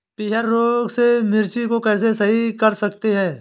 पीहर रोग से मिर्ची को कैसे सही कर सकते हैं?